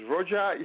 Roger